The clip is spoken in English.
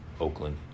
Oakland